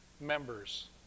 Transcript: members